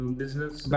business